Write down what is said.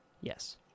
yes